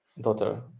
daughter